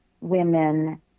women